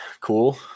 cool